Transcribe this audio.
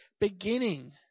beginning